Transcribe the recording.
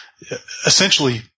essentially